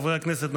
חברי הכנסת,